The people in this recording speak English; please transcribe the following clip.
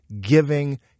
giving